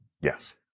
Yes